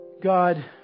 God